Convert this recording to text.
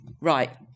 Right